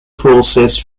process